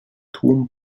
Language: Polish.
tłum